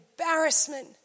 embarrassment